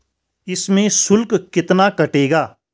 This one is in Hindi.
इसमें शुल्क कितना कटेगा?